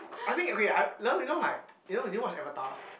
I think okay I you know you know like you know do you watch Avatar